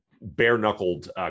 bare-knuckled